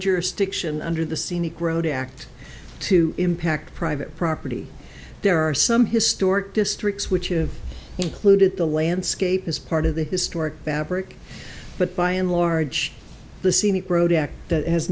jurisdiction under the scenic road act to impact private property there are some historic districts which have included the landscape as part of the historic babbar but by and large the scenic